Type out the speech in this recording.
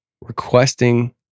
requesting